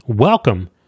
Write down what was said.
Welcome